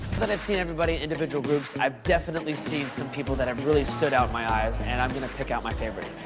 but i've seen everybody in individual groups, i've definitely seen some people that have really stood out in my eyes and i'm gonna pick out my favorites.